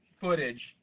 footage